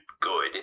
good